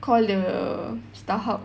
call the Starhub